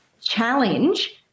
challenge